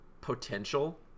potential